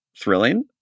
thrilling